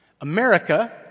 America